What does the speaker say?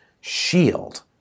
shield